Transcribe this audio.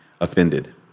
offended